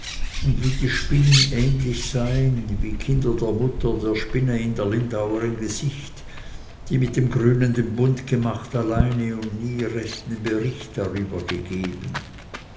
und wie die spinnen ähnlich seien wie kinder der mutter der spinne in der lindauerin gesicht die mit dem grünen den bund gemacht alleine und nie rechten bericht darüber gegeben